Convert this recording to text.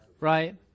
Right